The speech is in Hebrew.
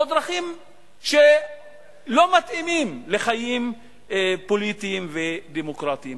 או דרכים שלא מתאימות לחיים פוליטיים ודמוקרטיים.